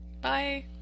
Bye